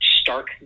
stark